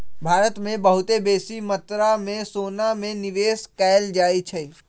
भारत में बहुते बेशी मत्रा में सोना में निवेश कएल जाइ छइ